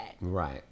Right